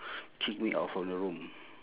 kick me out from the room